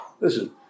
Listen